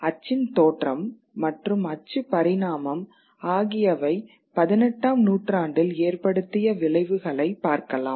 அச்சின் தோற்றம் மற்றும் அச்சு பரிணாமம் ஆகியவை 18ம் நூற்றாண்டில் ஏற்படுத்திய விளைவுகளை பார்க்கலாம்